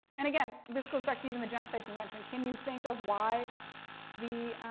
and, again, this goes back to even the genocide convention. can you think of why the,